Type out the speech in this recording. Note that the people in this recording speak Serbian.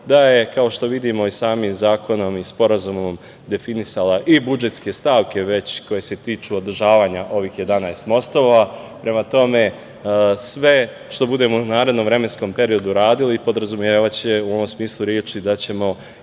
da je kao što vidimo i sami zakonom i sporazumom definisala i budžetske stavke koje se tiču održavanja ovih 11. mostova, prema tome sve što budemo u narednom vremenskom periodu radili, podrazumevaće u ovom smislu reči da ćemo